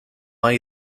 hay